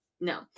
no